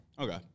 Okay